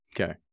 Okay